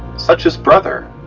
such as brother,